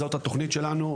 זאת התוכנית שלנו,